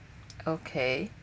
okay